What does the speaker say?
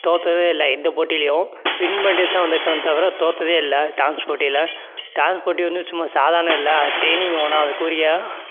தோற்றதே இல்லை எந்த போட்டிலேயும் வின் பண்ணிட்டே தான் வந்திருக்காங்களே தவிர தோற்றதே இல்லை டான்ஸ் போட்டியில் டான்ஸ் போட்டி வந்து சும்மா சாதாரணம் இல்லை அதுக்கு ட்ரைனிங் வேணும் அதுக்குரிய